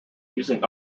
using